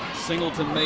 singleton made